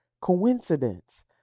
coincidence